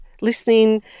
listening